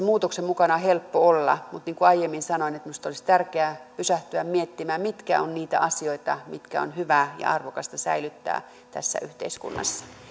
muutoksen mukana on helppo olla mutta niin kuin aiemmin sanoin minusta olisi tärkeää pysähtyä miettimään mitkä ovat niitä asioita mitä on hyvä ja arvokasta säilyttää tässä yhteiskunnassa